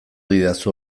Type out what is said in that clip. didazu